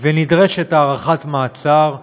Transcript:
ונדרשת הארכת מעצר,